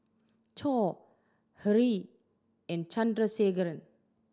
Choor Hri and Chandrasekaran